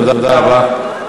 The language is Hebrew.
תודה רבה.